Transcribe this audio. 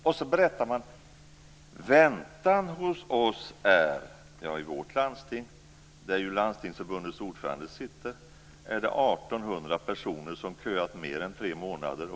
Man berättar att det i mitt hemlandsting, där Landstingsförbundets ordförande sitter, är 1 800 personer som köat mer än tre månader.